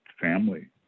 family